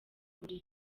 buri